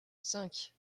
cinq